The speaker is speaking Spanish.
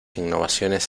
innovaciones